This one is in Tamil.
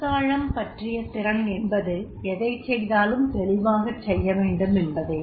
கருத்தாழம் பற்றிய திறன் என்பது எதைச் செய்தாலும் தெளிவாகச் செய்யவேண்டுமென்பதே